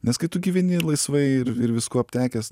nes kai tu gyveni laisvai ir ir viskuo aptekęs